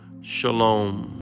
Shalom